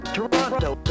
Toronto